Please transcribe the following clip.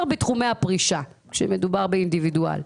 בתחומי הפרישה כאשר מדובר באינדיבידואל,